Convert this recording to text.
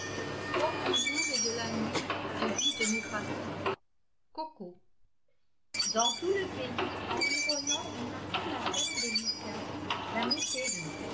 coco dans tout le pays environnant on appelait la ferme des lucas la métairie